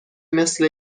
مثل